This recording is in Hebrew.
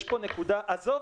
עזוב,